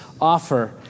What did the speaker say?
offer